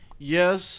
Yes